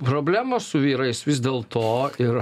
problemos su vyrais vis dėl to ir